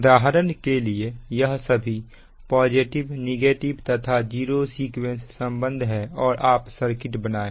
उदाहरण के लिए यह सभी पॉजिटिव नेगेटिव तथा जीरो सीक्वेंस संबंध हैं और आप सर्किट बनाएं